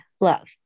love